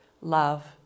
love